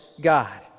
God